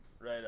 right